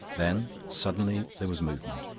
then suddenly there was movement.